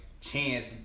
Chance